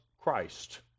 Christ